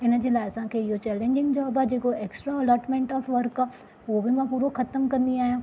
हिन जे लाइ असांखे इहो चैलेंजिंग जॉब आहे जेको एक्स्ट्रा अलॉटमेंट ऑफ़ वर्क आहे उहो बि मां पूरो ख़तमु कंदी आयां